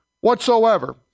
whatsoever